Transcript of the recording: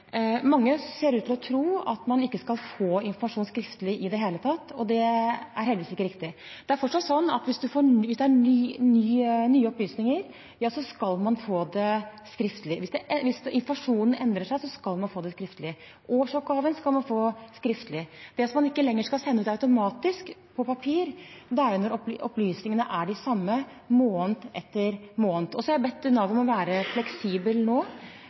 Mange ser ut til å tro at man ikke skal få informasjon skriftlig i det hele tatt. Det er heldigvis ikke riktig. Det er fortsatt sånn at hvis det er nye opplysninger, skal man få det skriftlig. Hvis informasjonen endrer seg, skal man få det skriftlig. Årsoppgaven skal man få skriftlig. Det som man ikke lenger skal sende ut automatisk på papir, er når opplysningene er de samme i måned etter måned. Jeg har bedt Nav om å være